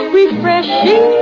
refreshing